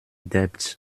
debt